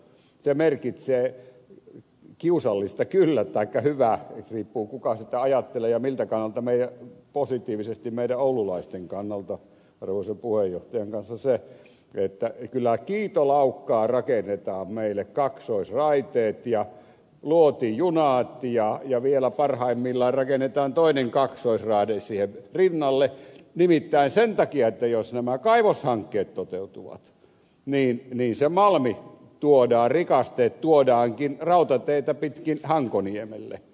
se merkitsee kiusallista kyllä sitä taikka hyvä riippuu kuka sitä ajattelee ja miltä kannalta positiivisesti meidän oululaisten kannalta arvoisa puhemies että kyllä kiitolaukkaa rakennetaan meille kaksoisraiteet ja luotijunat ja vielä parhaimmillaan rakennetaan toinen kaksoisraide siihen rinnalle nimittäin sen takia että jos nämä kaivoshankkeet toteutuvat niin ne malmirikasteet tuodaankin rautateitä pitkin hankoniemelle